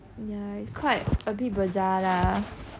ya it's quite a bit bazaar lah